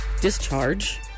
discharge